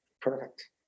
Perfect